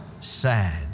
sad